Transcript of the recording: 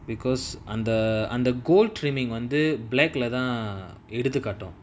because அந்த அந்த:antha antha gold trimming வந்து:vanthu black lah தா எடுத்து காடும்:thaa eduthu kaatum